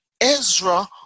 Ezra